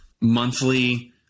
monthly